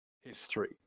history